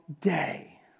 day